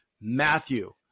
Matthew